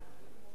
באום-אל-פחם,